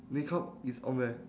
makeup is on where